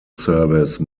service